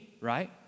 right